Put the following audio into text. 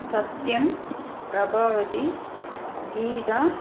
Sathyan Prabhavathi Geetha